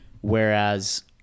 Whereas